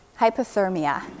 Hypothermia